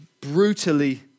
brutally